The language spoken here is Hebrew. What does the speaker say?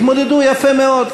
התמודדו יפה מאוד,